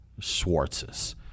Schwartzes